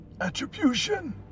Attribution